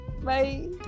bye